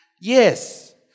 Yes